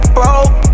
broke